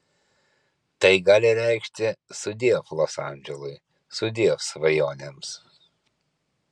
tai gali reikšti sudiev los andželui sudiev svajonėms